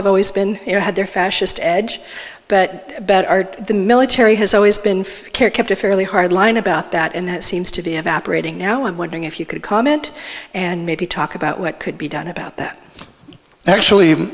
there had their fascist edge but bet our the military has always been kept a fairly hard line about that and that seems to be evaporating now i'm wondering if you could comment and maybe talk about what could be done about that actually